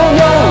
no